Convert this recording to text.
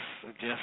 suggest